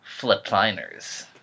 Flipliners